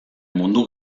mundu